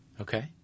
Okay